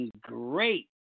great